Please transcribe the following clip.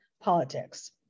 politics